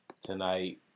tonight